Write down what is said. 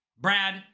Brad